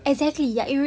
exactly ya it rea~